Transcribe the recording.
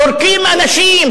זורקים אנשים,